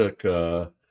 took –